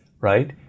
right